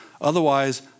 Otherwise